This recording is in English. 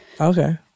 okay